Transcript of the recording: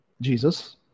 Jesus